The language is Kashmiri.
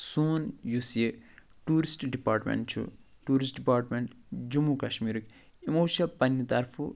سون یُس یہِ ٹوٗرِسٹ ڈِپاٹمنٛٹ چھُ ٹوٗرسٹ ڈِپاٹمنٛت جموں کَشمیٖرُک یِمَو چھِ پَنٛنہِ طرفہٕ